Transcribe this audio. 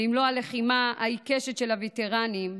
ואם לא הלחימה העיקשת של הווטרנים,